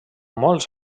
molts